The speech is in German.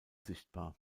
sichtbar